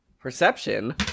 Perception